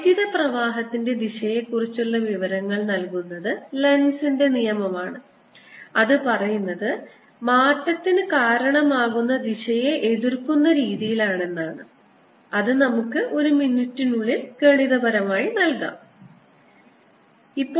വൈദ്യുത പ്രവാഹത്തിന്റെ ദിശയെക്കുറിച്ചുള്ള വിവരങ്ങൾ നൽകുന്നത് ലെൻസിന്റെ നിയമം ആണ് അത് പറയുന്നത് മാറ്റത്തിനു കാരണമാകുന്ന ദിശയെ എതിർക്കുന്ന രീതിയിൽ ആണെന്നാണ് അത് നമുക്ക് ഒരു മിനിറ്റിനുള്ളിൽ ഗണിതപരമായി നൽകാവുന്നതാണ്